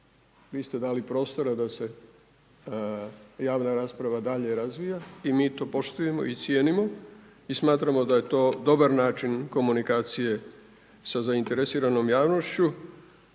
Vi ste dali prostora da se javna rasprava dalje razvija, i mi to poštujemo i cijenimo i smatramo da je to dobar način komunikacije sa zainteresiranom javnošću